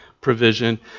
provision